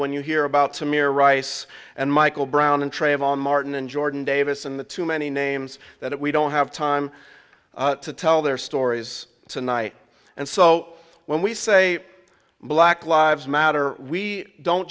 when you hear about samir rice and michael brown and trayvon martin and jordan davis and the too many names that we don't have time to tell their stories tonight and so when we say black lives matter we don't